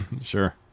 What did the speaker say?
Sure